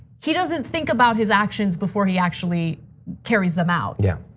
he doesn't think about his actions before he actually carries them out. yeah.